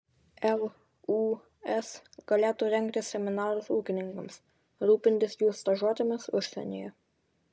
lūs galėtų rengti seminarus ūkininkams rūpintis jų stažuotėmis užsienyje